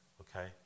Okay